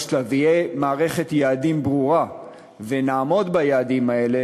שלב ותהיה מערכת יעדים ברורה ונעמוד ביעדים האלה,